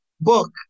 book